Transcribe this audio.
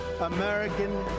American